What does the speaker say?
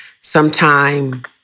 sometime